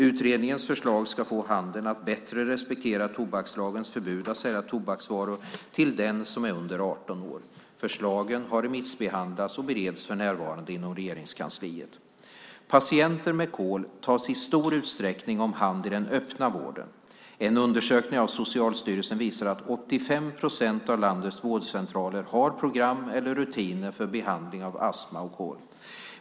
Utredningens förslag ska få handeln att bättre respektera tobakslagens förbud att sälja tobaksvaror till den som är under 18 år. Förslagen har remissbehandlats och bereds för närvarande inom Regeringskansliet. Patienter med KOL tas i stor utsträckning om hand i den öppna vården. En undersökning av Socialstyrelsen visar att 85 procent av landets vårdcentraler har program eller rutiner för behandling av astma och KOL.